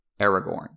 Aragorn